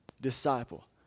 disciple